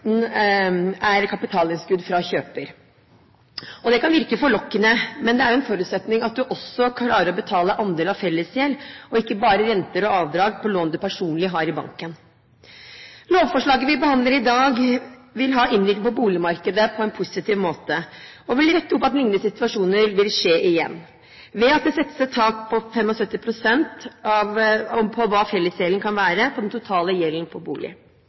en forutsetning at du også klarer å betale andel av fellesgjeld og ikke bare renter og avdrag på lån du personlig har i banken. Lovforslaget vi behandler i dag, vil ha innvirkning på boligmarkedet på en positiv måte og vil hindre at lignende situasjoner vil skje igjen ved at det settes et tak på 75 pst. på hva fellesgjelden kan være av den totale gjelden på